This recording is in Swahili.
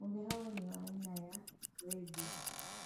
Ng'ombe hawa ni wa aina ya gredi.